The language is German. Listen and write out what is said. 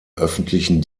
öffentlichen